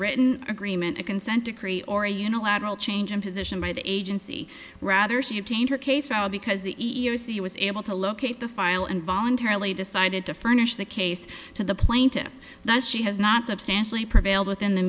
written agreement a consent decree or a unilateral change of position by the agency rather she obtained her case file because the e e o c was able to locate the file and voluntarily decided to furnish the case to the plaintiff that she has not substantially prevailed within the